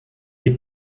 des